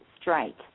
straight